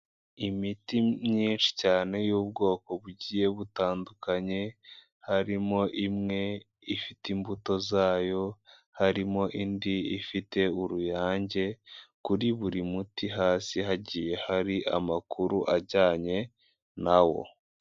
Imiti myinshi cyane y'ubwoko bugiye butandukanye, harimo imwe ifite imbuto zayo, harimo indi ifite uruyange, kuri buri muti hasi hagiye hari amakuru ajyanye na wo.